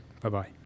bye-bye